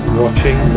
watching